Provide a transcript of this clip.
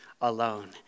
alone